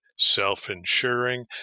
self-insuring